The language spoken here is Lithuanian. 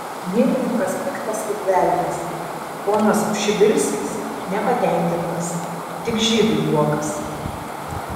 girininkas piktas kaip velnias ponas pšibilskis nepatenkintas tik žydui juokas